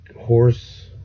horse